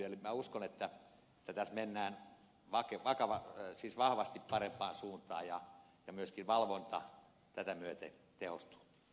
minä uskon että tässä mennään vahvasti parempaan suuntaan ja myöskin valvonta tätä myöten tehostuu